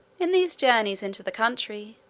in these journeys into the country,